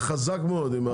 אומר מה